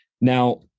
Now